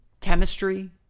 chemistry